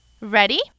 Ready